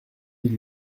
ils